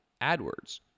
AdWords